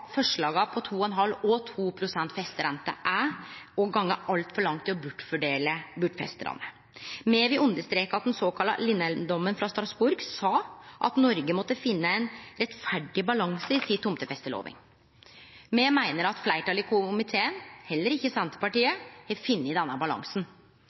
forslaga om 2,5 pst. og 2 pst. festerente er å gå alt for langt i å «forfordele bortfesterne». Me vil understreke at den såkalla Lindheim-domen frå Strasbourg sa at Noreg måtte finne ein rettferdig balanse i si tomtefestelovgjeving. Me meiner at fleirtalet i komiteen ikkje – heller ikkje